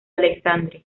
alexandre